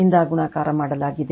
ಇಂದ ಗುಣಾಕಾರ ಮಾಡಲಾಗಿದೆ